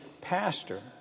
pastor